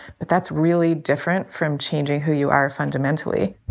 but that's really different from changing who you are fundamentally